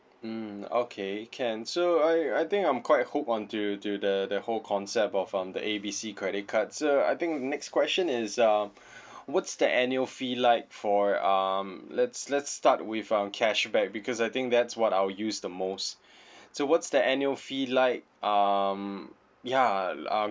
mm okay can so I I think I'm quite hooked onto to the the whole concept of um the A B C credit cards so I think next question is uh what's the annual fee like for um let's let's start with uh cashback because I think that's what I'll use the most so what's the annual fee like um ya uh